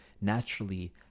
naturally